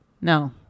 No